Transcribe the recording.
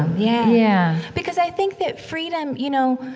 yeah yeah. because i think that freedom, you know,